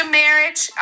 marriage